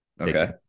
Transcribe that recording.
Okay